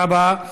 תודה רבה.